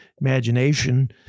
imagination